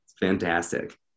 fantastic